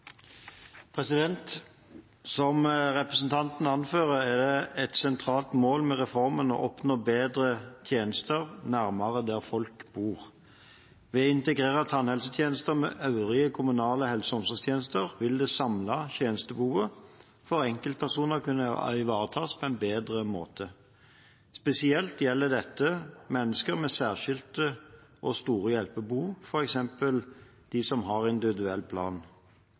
Som representanten anfører, er et sentralt mål med reformen å oppnå bedre tjenester nærmere der folk bor. Ved å integrere tannhelsetjenester med øvrige kommunale helse- og omsorgstjenester vil det samlede tjenestebehovet for enkeltpersoner kunne ivaretas på en bedre måte. Spesielt gjelder dette mennesker med særskilte og store hjelpebehov, f.eks. de som har rett til individuell plan.